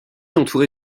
entouré